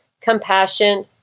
compassion